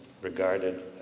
regarded